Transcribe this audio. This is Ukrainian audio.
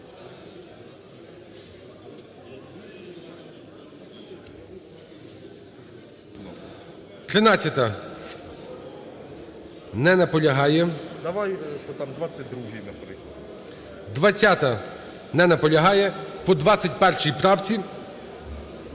13-а. Не наполягає. 20-а. Не наполягає. По 21 правці